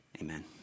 Amen